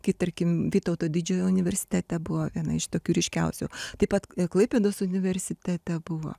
kai tarkim vytauto didžiojo universitete buvo viena iš tokių ryškiausių taip pat klaipėdos universitete buvo